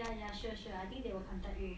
ya sure sure I think they will contact you